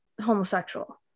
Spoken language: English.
homosexual